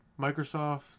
Microsoft